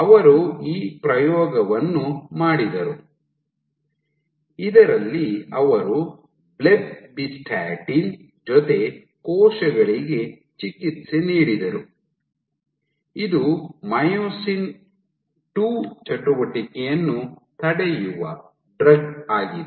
ಅವರು ಈ ಪ್ರಯೋಗವನ್ನು ಮಾಡಿದರು ಇದರಲ್ಲಿ ಅವರು ಬ್ಲೆಬ್ಬಿಸ್ಟಾಟಿನ್ ಜೊತೆ ಕೋಶಗಳಿಗೆ ಚಿಕಿತ್ಸೆ ನೀಡಿದರು ಇದು ಮೈಯೋಸಿನ್ II ಚಟುವಟಿಕೆಯನ್ನು ತಡೆಯುವ ಡ್ರಗ್ ಆಗಿದೆ